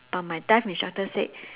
but my dive instructor said